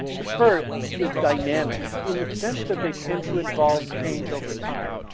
the first is dynamics in the sense that they tend to involve change over time.